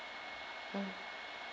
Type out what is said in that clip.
mm